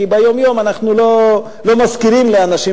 כי אם ביום-יום אנחנו לא מסכימים עם אנשים,